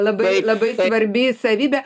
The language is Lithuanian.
labai labai svarbi savybė